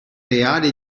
reale